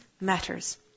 matters